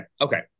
Okay